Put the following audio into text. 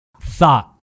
thought